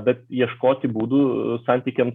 bet ieškoti būdų santykiams